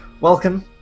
Welcome